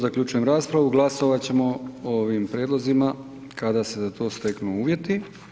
Zaključujem raspravu. glasovat ćemo o ovim prijedlozima kada se za to steknu uvjeti.